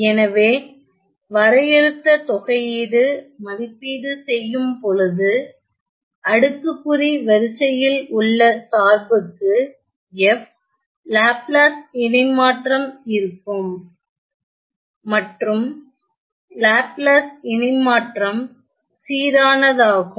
எனவே வரையறுத்த தொகையீடு மதிப்பீடு செய்யும் பொழுது அடுக்குக்குறி வரிசையில் உள்ள சார்புக்கு f லாப்லாஸ் இணைமாற்றம் இருக்கும் மற்றும் லாப்லாஸ் இணைமாற்றம் சீரான தாகும்